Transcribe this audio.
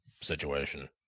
situation